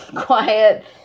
quiet